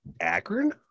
Akron